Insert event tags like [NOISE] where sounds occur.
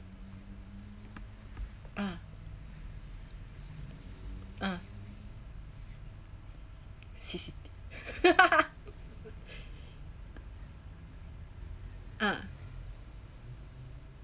ah ah [LAUGHS] ah